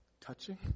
touching